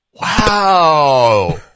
wow